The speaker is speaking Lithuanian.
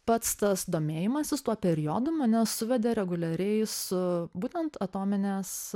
pats tas domėjimasis tuo periodu mane suvedė reguliariai su būtent atominės